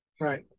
Right